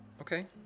okay